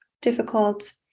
difficult